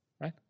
right